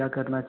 क्या करना